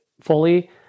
fully